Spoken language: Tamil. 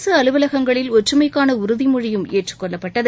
அரசு அலுவலகங்களில் ஒற்றுமைக்கான உறுதிமொழியும் ஏற்றுக் கொள்ளப்பட்டது